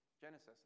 Genesis